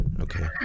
Okay